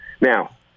Now